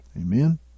Amen